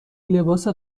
لباس